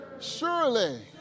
surely